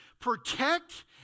protect